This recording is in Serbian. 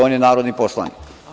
On je narodni poslanik.